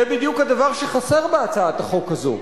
זה בדיוק הדבר שחסר בהצעת החוק הזו.